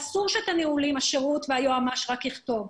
אסור שאת הנהלים של השירות רק היועמ"ש יכתוב.